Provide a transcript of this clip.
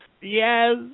Yes